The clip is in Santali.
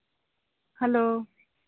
ᱦᱮᱞᱳ